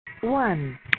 One